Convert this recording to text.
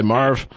Marv